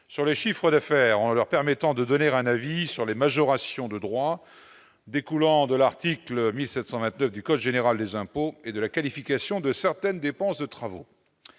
sur le chiffre d'affaires en leur permettant de donner un avis sur les majorations de droits découlant de l'article 1729 du code général des impôts et de la qualification de certaines dépenses de travaux